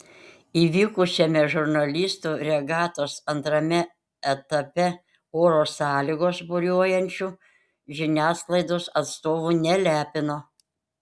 įvykusiame žurnalistų regatos antrame etape oro sąlygos buriuojančių žiniasklaidos atstovų nelepino